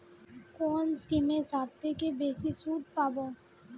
কোন স্কিমে সবচেয়ে বেশি সুদ পাব?